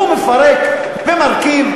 והוא מפרק ומרכיב,